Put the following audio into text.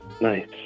Nice